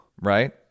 Right